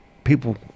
people